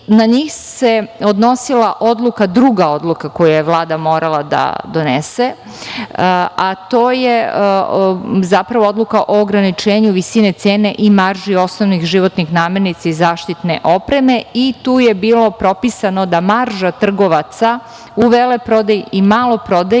na njih se odnosila druga odluka koja je Vlada morala da donese, a to je zapravo odluka o ograničenju visine cene i marži osnovnih životnih namirnica i zaštitne opreme i to je bilo propisano da marža trgovaca u veleprodaji i maloprodaji